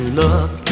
look